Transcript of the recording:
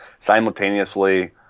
simultaneously